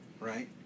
right